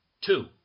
two